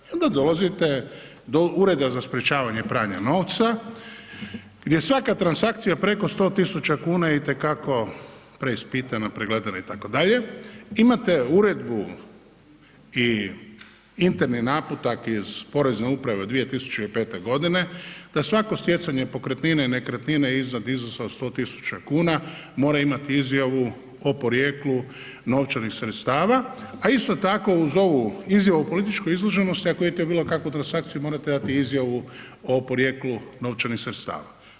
I onda dolazite do Ureda za sprječavanje pranja novca gdje svaka transakcija preko 100.000 kuna je i te kako preispitana, pregledana itd., imate uredbu i interni naputak iz Porezne uprave od 2005. godine da svako stjecanje pokretnine, nekretnine iznad iznosa od 100.000 kuna mora imati izjavu o porijeklu novčanih sredstava, a isto tako uz ovu izjavu o političkoj izloženosti ako idete u bilo kakvu transakciju morate dati izjavu o porijeklu novčanih sredstava.